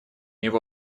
его